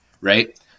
right